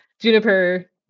juniper